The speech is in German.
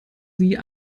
sie